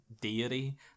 Deity